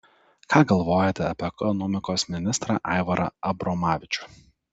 ką galvojate apie ekonomikos ministrą aivarą abromavičių